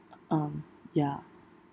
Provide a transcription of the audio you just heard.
um ya